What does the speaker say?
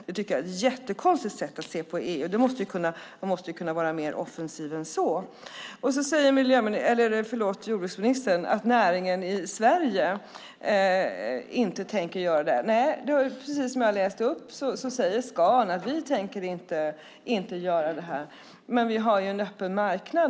Det tycker jag är ett jättekonstigt sätt att se på EU. Man måste kunna vara mer offensiv än så. Jordbruksministern säger att näringen i Sverige inte tänker göra det här. Precis som jag läste upp säger Scan att de inte tänker göra det. Men vi har en öppen marknad.